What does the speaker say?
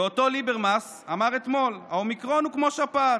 ואותו ליברמס אמר אתמול: האומיקרון הוא כמו שפעת.